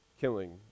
killing